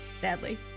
Sadly